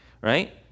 right